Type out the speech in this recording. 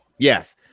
Yes